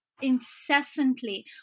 incessantly